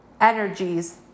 energies